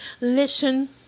listen